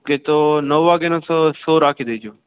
okay તો નવ વાગેનો શો શો રાખી દેજો